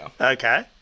Okay